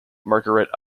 marguerite